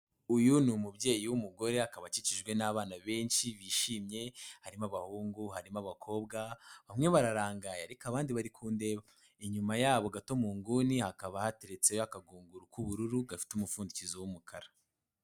Uyu ni umubyeyi w'umugore akaba akikijwe n'abana benshi bishimye, harimo abahungu, harimo abakobwa bamwe bararangaye ariko abandi bari kundeba, inyuma yabo gato mu nguni hakaba hateretse akagunguru k'ubururu gafite umupfundikizo w'umukara.